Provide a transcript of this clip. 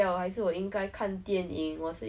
then I think I remembered like